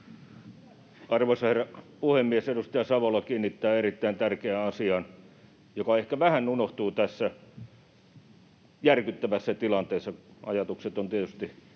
Arvoisa herra puhemies! Edustaja Savola kiinnittää huomiota erittäin tärkeään asiaan, joka ehkä vähän unohtuu tässä järkyttävässä tilanteessa. Ajatukset ovat tietysti